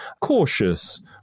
cautious